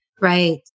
Right